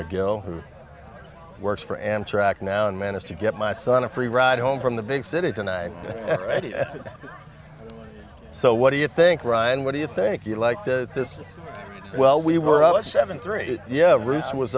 mcgill who works for amtrak now and managed to get my son a free ride home from the big city tonight so what do you think ryan what do you think you like that this well we were up at seven three yeah